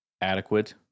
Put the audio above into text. adequate